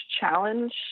challenge